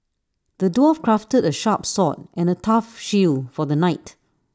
the dwarf crafted A sharp sword and A tough shield for the knight